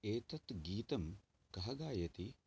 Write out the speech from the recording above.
एतत् गीतं कः गायति